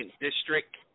District